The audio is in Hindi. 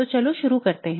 तो चलो शुरू करते है